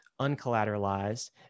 uncollateralized